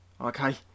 okay